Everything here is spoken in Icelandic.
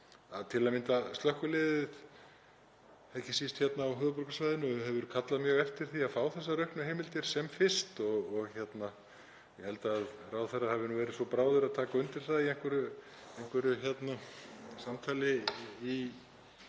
til að mynda slökkviliðið, ekki síst hérna á höfuðborgarsvæðinu, hefur kallað mjög eftir því að fá þessar auknu heimildir sem fyrst og ég held að ráðherra hafi verið svo bráður að taka undir það í einhverju samtali í